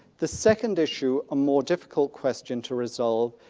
the second issue, a more difficult question to resolve,